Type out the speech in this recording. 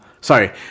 sorry